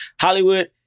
Hollywood